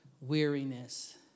weariness